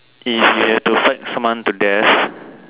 if you have to fight someone to death